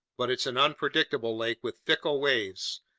but it's an unpredictable lake with fickle waves,